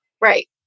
Right